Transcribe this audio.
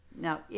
Now